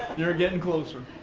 you're getting closer.